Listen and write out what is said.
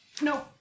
No